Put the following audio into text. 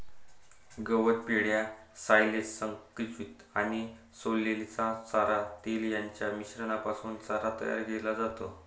गवत, पेंढा, सायलेज, संकुचित आणि सोललेला चारा, तेल यांच्या मिश्रणापासून चारा तयार केला जातो